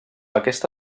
aquesta